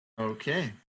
Okay